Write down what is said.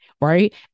right